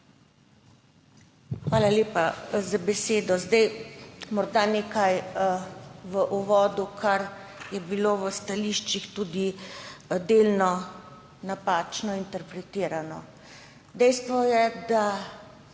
Hvala lepa za besedo. Morda nekaj v uvodu, kar je bilo v stališčih tudi delno napačno interpretirano. Dejstvo je, da